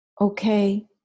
okay